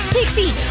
Pixie